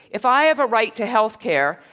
if i have a right to healthcare,